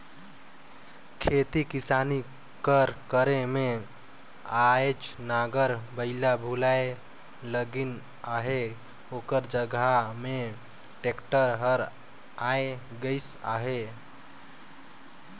खेती किसानी कर करे में आएज नांगर बइला भुलाए लगिन अहें ओकर जगहा में टेक्टर हर आए गइस अहे